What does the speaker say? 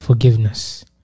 Forgiveness